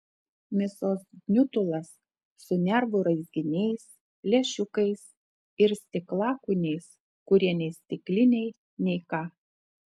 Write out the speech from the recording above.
mėsos gniutulas su nervų raizginiais lęšiukais ir stiklakūniais kurie nei stikliniai nei ką